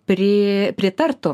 pri pritartų